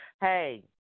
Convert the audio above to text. hey